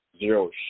zero